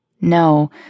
No